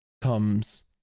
comes